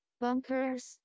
bunkers